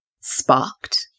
sparked